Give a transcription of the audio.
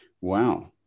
wow